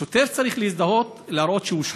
שוטר צריך להזדהות, להראות שהוא שוטר.